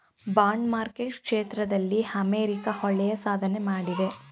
bond market ಕ್ಷೇತ್ರದಲ್ಲಿ America ಒಳ್ಳೆಯ ಸಾಧನೆ ಮಾಡಿದೆ